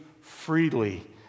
freely